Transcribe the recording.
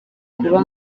kuba